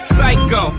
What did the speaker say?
Psycho